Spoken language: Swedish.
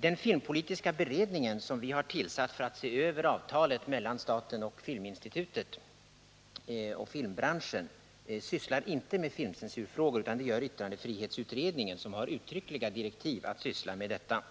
Den filmpolitiska beredning, som vi har tillsatt för att se över avtalet mellan staten och filmbranschen, sysslar inte med filmcensurfrågor, utan det gör yttrandefrihetsutredningen, som har uttryckliga direktiv att syssla med detta.